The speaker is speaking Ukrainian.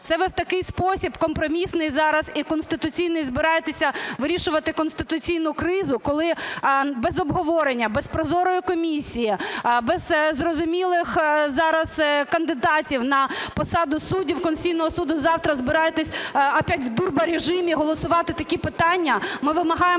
Це ви у такий спосіб компромісний зараз і конституційний збираєтесь вирішувати конституційну кризу? Коли без обговорення, без прозорої комісії, без зрозумілих зараз кандидатів на посаду суддів Конституційного Суду завтра збираєтесь опять в турборежимі голосувати такі питання?! Ми вимагаємо